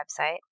website